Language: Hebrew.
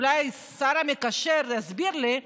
אולי השר המקשר יסביר לי.